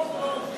בחוק זה לא הופיע.